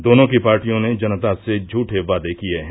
दोनों की पार्टियों ने जनता से झूठे वादे किये हैं